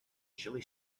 chilli